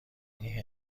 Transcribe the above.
این